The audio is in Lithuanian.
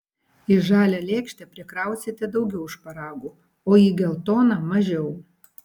į žalią lėkštę prikrausite daugiau šparagų o į geltoną mažiau